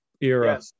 era